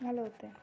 घालवते